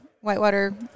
Whitewater